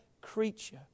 creature